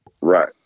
Right